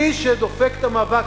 מי שדופק את המאבק,